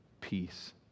peace